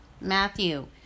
Matthew